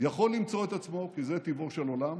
יכול למצוא את עצמו, כי זה טיבו של עולם,